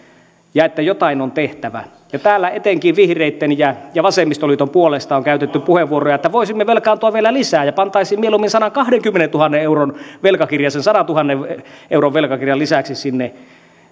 ja että jotain on tehtävä täällä etenkin vihreitten ja ja vasemmistoliiton puolesta on käytetty puheenvuoroja että voisimme velkaantua vielä lisää ja pantaisiin mieluummin sadankahdenkymmenentuhannen euron velkakirja sen sadantuhannen euron velkakirjan lisäksi sinne